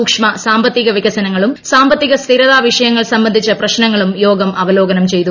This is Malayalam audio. സൂക്ഷ്മ സാമ്പത്തിക വികസനങ്ങളും സാമ്പത്തിക സ്ഥിരത വിഷയങ്ങൾ സംബന്ധിച്ച പ്രശ്നങ്ങളും യോഗം അവലോകനം ചെയ്തു